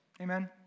Amen